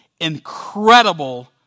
incredible